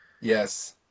Yes